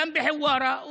גם בחווארה,